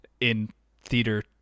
in-theater